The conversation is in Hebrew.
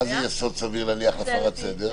מה זה יסוד סביר להניח הפרת סדר?